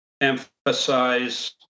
emphasize